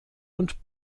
und